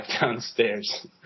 downstairs